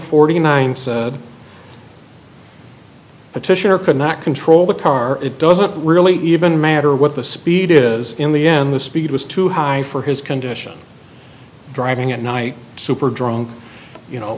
forty nine said petitioner cannot control the car it doesn't really even matter what the speed is in the end the speed was too high for his condition driving at night super drunk you know